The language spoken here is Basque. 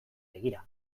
begira